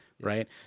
right